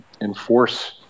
enforce